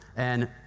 and,